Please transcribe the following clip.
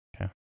Okay